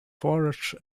forage